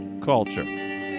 Culture